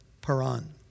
Paran